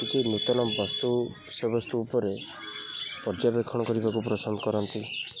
କିଛି ନୂତନ ବସ୍ତୁ ସେ ବସ୍ତୁ ଉପରେ ପର୍ଯ୍ୟବେକ୍ଷଣ କରିବାକୁ ପ୍ରସନ୍ଦ କରନ୍ତି